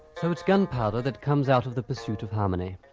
so it is gunpowder that comes out of the pursuit of harmony,